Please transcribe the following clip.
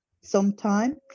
sometime